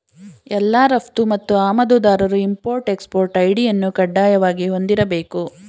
ಎಲ್ಲಾ ರಫ್ತು ಮತ್ತು ಆಮದುದಾರರು ಇಂಪೊರ್ಟ್ ಎಕ್ಸ್ಪೊರ್ಟ್ ಐ.ಡಿ ಅನ್ನು ಕಡ್ಡಾಯವಾಗಿ ಹೊಂದಿರಬೇಕು